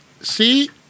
See